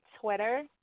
Twitter